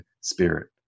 spirit